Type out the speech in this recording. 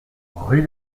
rue